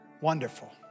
wonderful